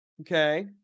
Okay